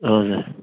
हजुर